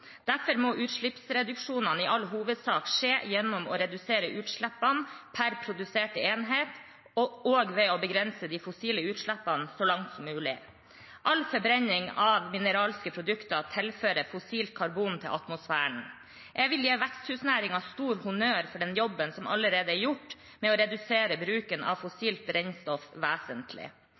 Derfor må utslippsreduksjonene i all hovedsak skje gjennom å redusere utslippene per produserte enhet og også ved å begrense de fossile utslippene så langt som mulig. All forbrenning av mineralske produkter tilfører fossilt karbon til atmosfæren. Jeg vil gi veksthusnæringen stor honnør for den jobben som allerede er gjort med å redusere bruken av fossilt brennstoff vesentlig.